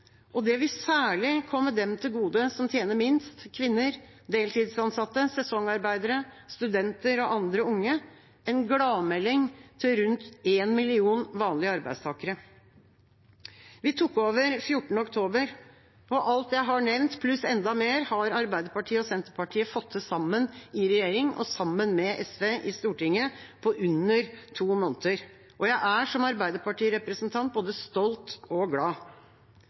Det vil særlig komme dem som tjener minst, til gode, kvinner, deltidsansatte, sesongarbeidere, studenter og andre unge – en gladmelding til rundt en million vanlige arbeidstakere. Vi tok over 14. oktober. Alt jeg har nevnt, pluss enda mer, har Arbeiderpartiet og Senterpartiet fått til sammen i regjering og sammen med SV i Stortinget på under to måneder. Jeg er som Arbeiderparti-representant både stolt og glad.